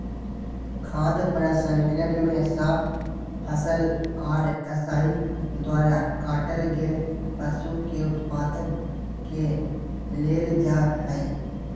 खाद्य प्रसंस्करण मे साफ फसल आर कसाई द्वारा काटल गेल पशु उत्पाद के लेल जा हई